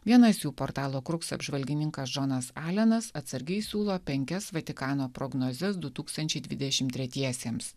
vienas jų portalo kruks apžvalgininkas džonas alenas atsargiai siūlo penkias vatikano prognozes du tūkstančiai dvidešim tretiesiems